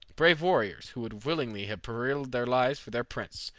brave warriors, who would willingly have perilled their lives for their prince,